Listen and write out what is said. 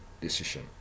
decision